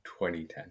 2010